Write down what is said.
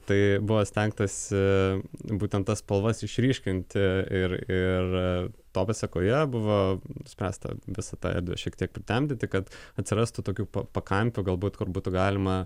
tai buvo stengtasi būtent tas spalvas išryškinti ir ir to pasekoje buvo nuspręsta visą tą erdvę šiek tiek pritemdyti kad atsirastų tokių pakampių galbūt kur būtų galima